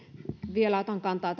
vielä otan kantaa